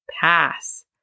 pass